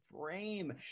frame